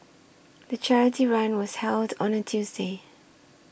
the charity run was held on a Tuesday